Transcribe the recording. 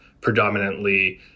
predominantly